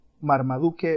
Marmaduke